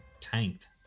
tanked